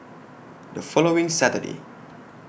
The following Saturday